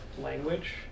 language